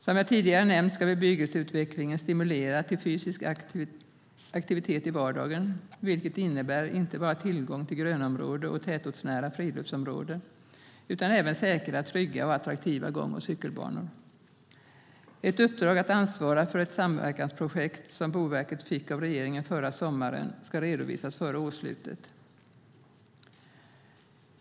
Som jag tidigare nämnt ska bebyggelseutvecklingen stimulera till fysisk aktivitet i vardagen, vilket innebär inte bara tillgång till grönområde och tätortsnära friluftsområden utan även säkra, trygga och attraktiva gång och cykelbanor. Ett uppdrag att ansvara för ett samverkansprojekt som Boverket fick av regeringen förra sommaren ska redovisas före årsslutet.